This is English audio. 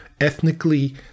ethnically